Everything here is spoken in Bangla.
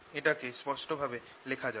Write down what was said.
এটাকে স্পষ্টভাবে লেখা যাক